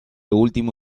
último